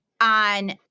on